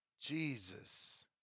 Jesus